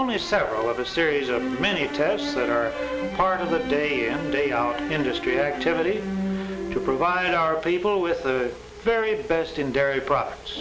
only several of a series of many tests that are part of the day in day out industry activity to provide our people with the very best in dairy products